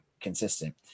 consistent